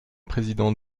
président